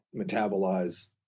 metabolize